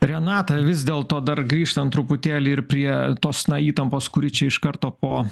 renata vis dėlto dar grįžtant truputėlį ir prie tos na įtampos kuri čia iš karto po